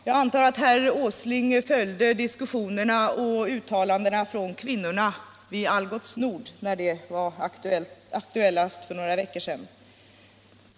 Jag antar att herr Åsling följde diskussionerna och uttalandena av kvinnorna vid Algots Nord när det var som mest aktuellt för några veckor sedan.